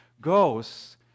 Ghosts